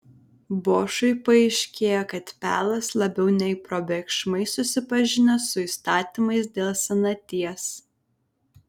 bošui paaiškėjo kad pelas labiau nei probėgšmais susipažinęs su įstatymais dėl senaties